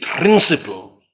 principle